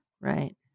Right